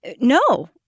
No